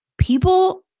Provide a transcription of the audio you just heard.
people